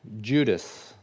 Judas